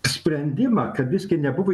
sprendimą kad biskį nebuvo